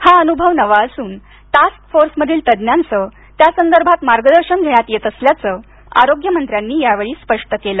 हा अनुभव नवा असून टास्क फोर्समधील तज्ञांचं त्यासंदर्भात मार्गदर्शन घेण्यात येत असल्याचं आरोग्यमंत्र्यांनी यावेळी स्पष्ट केलं